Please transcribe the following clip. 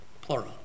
plural